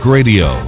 Radio